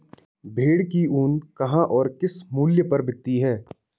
भेड़ की ऊन कहाँ और किस मूल्य पर बिकती है?